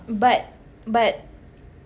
but but